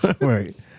Right